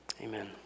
amen